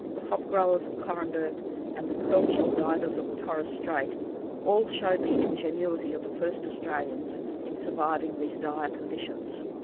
the hop growers of corranderk and the pearl shell divers of the torres strait all showed the ingenuity of the first australians in surviving these dire conditions.